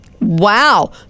Wow